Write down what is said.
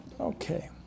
Okay